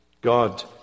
God